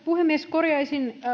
puhemies korjaisin